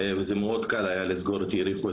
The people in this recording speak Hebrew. וזה היה מאוד קל לסגור את יריחו,